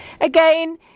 again